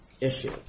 issue